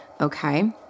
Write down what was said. Okay